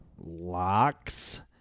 locks